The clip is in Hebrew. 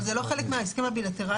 אבל זה לא חלק מההסכם הבילטרלי,